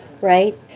right